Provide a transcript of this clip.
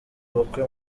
ubukwe